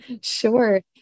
Sure